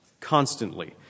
constantly